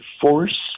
force